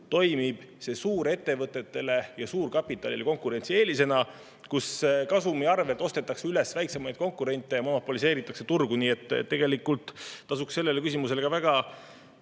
toimib see suurettevõtetele ja suurkapitalile konkurentsieelisena, sest kasumi arvelt ostetakse üles väiksemaid konkurente ja monopoliseeritakse turgu. Nii et tegelikult tasuks sellele küsimusele ka väga